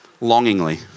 longingly